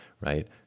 right